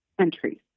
entries